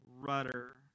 rudder